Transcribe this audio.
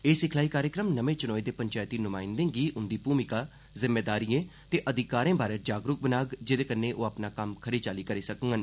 एह सिखलाई कार्यक्रम नमें चूनोए दे चप्ती न्माइंदें गी उंदी भूमिका जिम्मेदारियें ते अधिकारें बार जागरूक बनाग जेहदे कन्न ओह् अ ना कम्म खरी चाल्ली करी सकडन